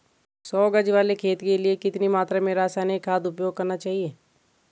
सौ गज वाले खेत के लिए कितनी मात्रा में रासायनिक खाद उपयोग करना चाहिए?